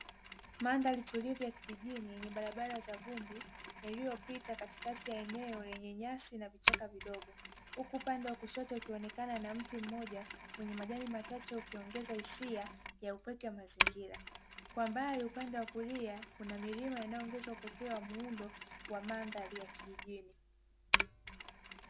Madhari tulivu ya kijijini yenye barabara za vumbi Iliyopita katikati ya eneo lenye nyasi na vichaka vidogo, huku upande wa kushoto ukionekana mti mmoja wenye majani machache, ukiongeza hisia ya upweke wa mazingira. Kwa mbali upande wa kulia kuna milima inayoongeza upekee wa muundo wa mandhari ya kijijini .